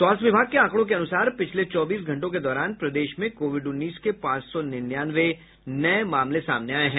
स्वास्थ्य विभाग के आंकड़ों के अनुसार पिछले चौबीस घंटों के दौरान प्रदेश में कोविड उन्नीस के पांच सौ निन्यानवे नये मामले सामने आये हैं